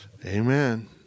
Amen